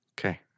Okay